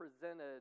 presented